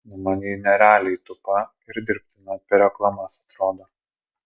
nu man ji nerealiai tupa ir dirbtina per reklamas atrodo